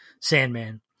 Sandman